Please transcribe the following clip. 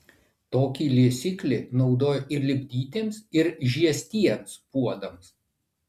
tokį liesiklį naudojo ir lipdytiems ir žiestiems puodams